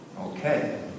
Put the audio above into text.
Okay